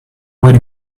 where